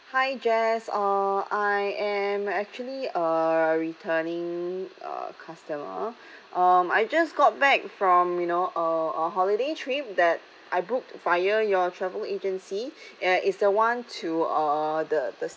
hi jess uh I am actually uh returning uh customer um I just got back from you know uh a holiday trip that I booked via your travel agency uh is the one to uh the the